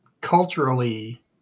culturally